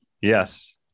Yes